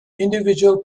individual